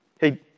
Hey